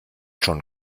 schon